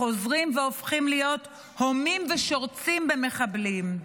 חוזרים והופכים להיות הומים ושורצים במחבלים.